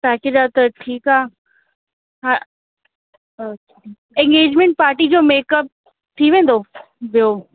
package आहे त ठीकु आहे हा अच्छा इंगेजमेंट पार्टी जो मेकअप थी वेंदो ॿियो